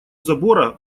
забора